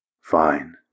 Fine